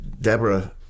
Deborah